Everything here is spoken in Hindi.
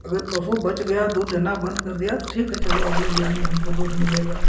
अगर पशु बच गया दूध देना बंद कर दिया तो ठीक है चलो अगले बयान में तो हमको दूध मिलेगा